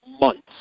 months